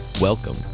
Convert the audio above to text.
Welcome